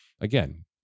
again